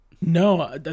No